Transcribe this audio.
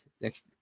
Next